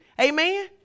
Amen